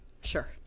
Sure